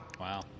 wow